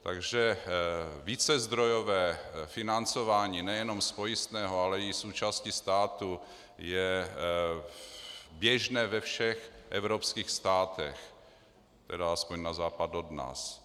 Takže vícezdrojové financování, nejenom z pojistného, ale i s účastí státu, je běžné ve všech evropských státech, tedy aspoň na západ od nás.